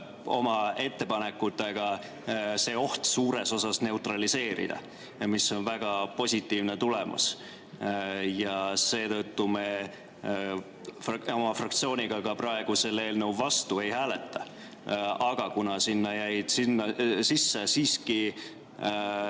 oma ettepanekutega see oht suures osas neutraliseerida, mis on väga positiivne tulemus. Seetõttu me oma fraktsiooniga ka praegu selle eelnõu vastu ei hääleta. Aga kuna sinna jäid siiski